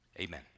amen